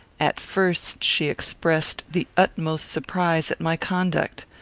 at first she expressed the utmost surprise at my conduct.